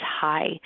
high